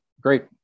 Great